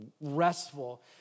restful